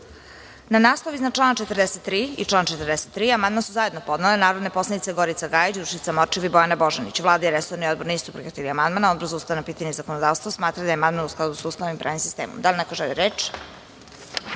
naslov iznad člana 43. i član 43. amandman su zajedno podnele narodne poslanice Gorica Gajić, Dušica Morčev i Bojana Božanić. Vlada i resorni odbor nisu prihvatili amandman. Odbor za ustavna pitanja i zakonodavstvo smatra da je amandman u skladu sa Ustavom i pravnim sistemom. Da li neko želi reč?